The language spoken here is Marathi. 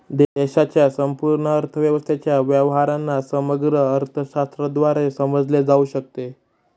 देशाच्या संपूर्ण अर्थव्यवस्थेच्या व्यवहारांना समग्र अर्थशास्त्राद्वारे समजले जाऊ शकते